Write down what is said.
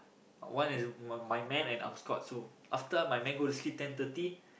one is my my men and armskote after my men go to sleep ten thirty